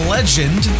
Legend